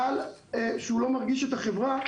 אמרת שאתה לא מרגיש את החברה,